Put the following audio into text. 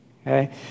okay